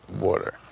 water